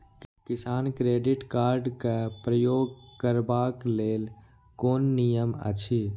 किसान credit card क प्रयोग करबाक लेल कोन नियम अछि?